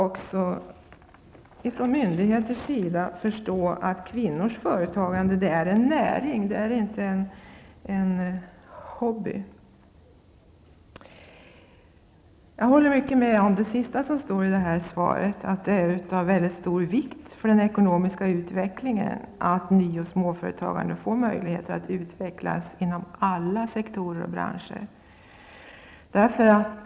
Olika myndigheter måste förstå att kvinnors företagande är en näring och inte en hobby. Jag instämmer med det som står sist i svaret, nämligen att det är av största vikt för den ekonomiska utvecklingen att ny och småföretagandet får möjlighet att utvecklas inom alla sektorer och branscher.